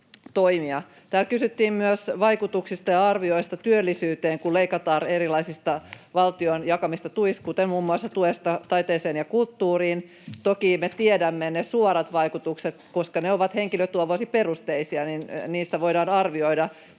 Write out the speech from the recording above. Täällä kysyttiin myös vaikutuksista ja arvioista työllisyyteen, kun leikataan erilaisista valtion jakamista tuista, kuten muun muassa tuesta taiteeseen ja kulttuuriin. Toki me tiedämme ne suorat vaikutukset, koska ne ovat henkilötyövuosiperusteisia ja niistä voidaan arvioida